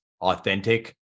authentic